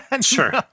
sure